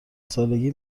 سالگی